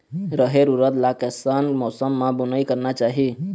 रहेर उरद ला कैसन मौसम मा बुनई करना चाही?